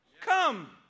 Come